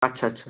আচ্ছা আচ্ছা